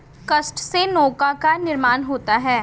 काष्ठ से नौका का निर्माण होता है